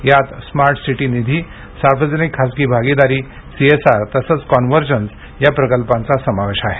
यात smart city निधी सार्वजनिक खासगी भागीदारी सीएसआर तसंच कॉन्वर्जन्स या प्रकल्पांचा समावेश आहे